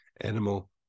animal